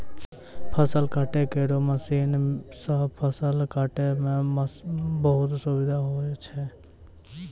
फसल काटै केरो मसीन सँ फसल काटै म बहुत सुबिधा होय छै